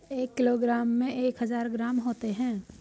एक किलोग्राम में एक हज़ार ग्राम होते हैं